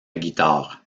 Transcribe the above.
guitare